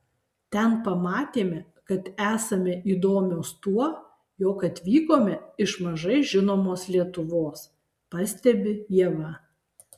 ten pamatėme kad esame įdomios tuo jog atvykome iš mažai žinomos lietuvos pastebi ieva